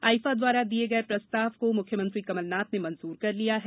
IIFA द्वारा दिये गये प्रस्ताव को मुख्यमंत्री कमल नाथ ने मंजूर कर लिया है